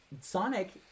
Sonic